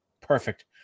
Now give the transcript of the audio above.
Perfect